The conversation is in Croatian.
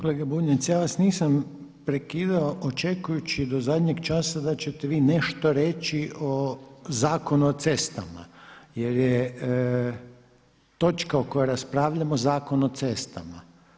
Kolega Bunjac, ja vas nisam prekidao očekujući do zadnjeg časa da ćete vi nešto reći o Zakonu o cestama, jer je točka o kojoj raspravljamo Zakon o cestama.